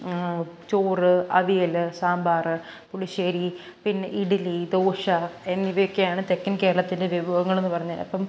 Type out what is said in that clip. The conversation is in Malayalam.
ചോറ് അവിയൽ സാമ്പാർ പുളിശ്ശേരി പിന്നെ ഇഡ്ഡ്ലി ദോശ എന്നിവയൊക്കെയാണ് തെക്കൻ കേരളത്തിലെ വിഭവങ്ങളെന്ന് പറഞ്ഞാൽ അപ്പം